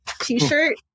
t-shirt